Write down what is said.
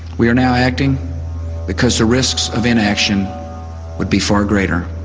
we are now acting because the risks of inaction would be far greater.